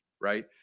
right